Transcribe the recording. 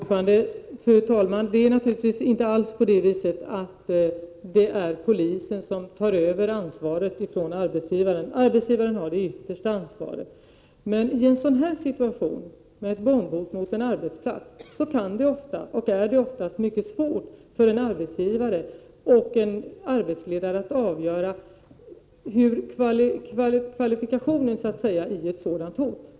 Fru talman! Det är naturligtvis inte alls så att polisen tar över ansvaret från arbetsgivaren. Arbetsgivaren har det yttersta ansvaret, men i sådana här situationer med ett bombhot mot en arbetsplats kan det ofta vara — och är ofta — mycket svårt för en arbetsgivare och en arbetsledare att avgöra ”kvalifikationen” i ett sådant hot.